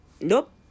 nope